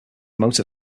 motor